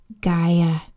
Gaia